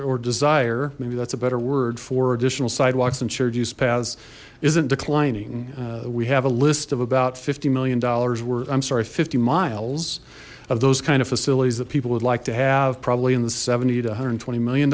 or desire maybe that's a better word for additional sidewalks and shared use paths isn't declining we have a list of about fifty million dollars where i'm sorry fifty miles of those kind of facilities that people would like to have probably in the seventy to one hundred and twenty million